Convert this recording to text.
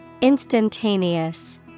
Instantaneous